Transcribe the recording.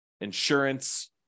insurance